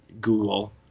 Google